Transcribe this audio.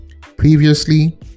Previously